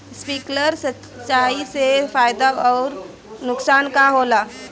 Sprinkler सिंचाई से फायदा अउर नुकसान का होला?